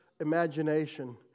imagination